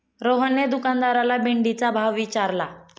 रोहनने दुकानदाराला भेंडीचा भाव विचारला